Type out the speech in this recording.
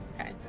Okay